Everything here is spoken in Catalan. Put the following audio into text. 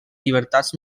llibertats